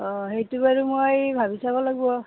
অঁ সেইটো বাৰু মই ভাবি চাব লাগিব